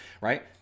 right